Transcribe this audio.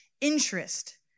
interest